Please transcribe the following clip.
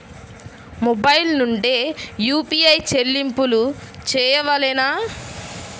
Mobile నుండే UPI చెల్లింపులు చేయవలెనా?